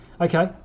Okay